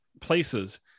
places